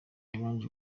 yabanje